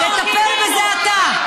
תטפל בזה אתה.